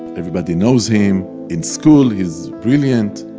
everybody knows him, in school he's brilliant,